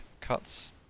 cuts